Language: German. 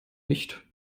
nicht